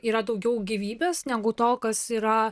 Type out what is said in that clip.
yra daugiau gyvybės negu to kas yra